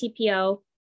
TPO